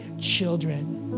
children